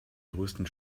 größten